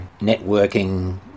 networking